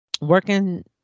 working